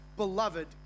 Beloved